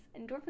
endorphins